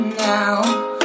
now